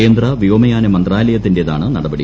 കേന്ദ്ര വ്യോമയാന മന്ത്രാലയത്തിന്റേതാണ് നടപടി